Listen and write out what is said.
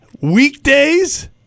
Weekdays